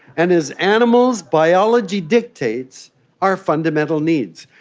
and as animals, biology dictates our fundamental needs.